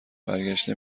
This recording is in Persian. برگشته